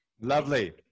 Lovely